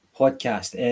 podcast